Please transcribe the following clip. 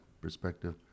perspective